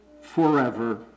forever